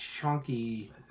chunky